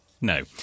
No